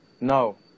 no